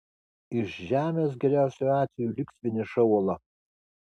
iš žemės geriausiu atveju liks vieniša uola